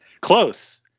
Close